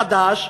החדש,